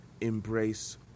embrace